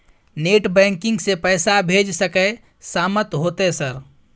Net banking से पैसा भेज सके सामत होते सर?